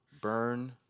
burn